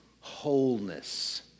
wholeness